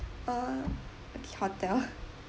uh okay hotel ah